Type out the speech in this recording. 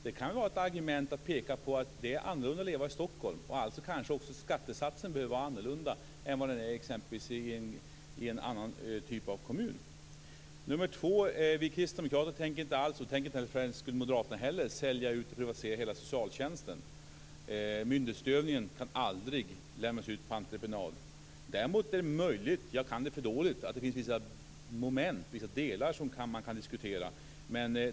Det kan väl vara ett argument att peka på: Det är annorlunda att leva i Stockholm, och därför kanske också skattesatsen behöver vara annorlunda än vad den är i en annan typ av kommun. För det andra tänker vi kristdemokrater inte alls, och för den delen inte moderaterna heller, sälja ut eller privatisera hela socialtjänsten. Myndighetsutövningen kan aldrig lämnas ut på entreprenad. Däremot är det möjligt - jag kan det för dåligt - att det finns vissa delar som man kan diskutera.